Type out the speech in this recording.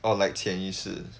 or like 潜意识